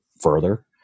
further